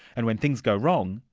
and when things go wrong,